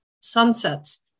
sunsets